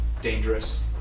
dangerous